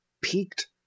peaked